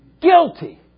Guilty